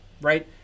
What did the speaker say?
right